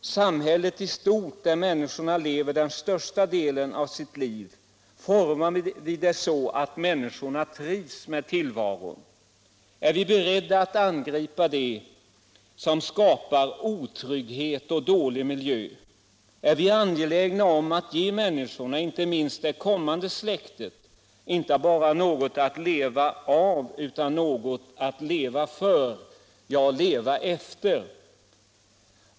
Samhället i stort, där människorna lever den största delen av sitt liv, formar vi det så att människorna trivs med tillvaron? Är vi beredda att angripa det som skapar otrygghet och dålig miljö? Är vi angelägna om att ge människorna, inte minst det kommande släktet, inte bara något att leva av utan också något att leva för — ja, leva efter?